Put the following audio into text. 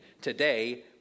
Today